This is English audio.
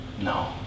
no